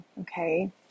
okay